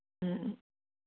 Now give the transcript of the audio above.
ꯎꯝ